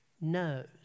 knows